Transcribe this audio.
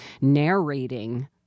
narrating